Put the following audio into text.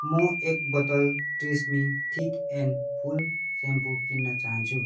म एक बोतल Tresemme thick and full shampoo किन्न चाहन्छु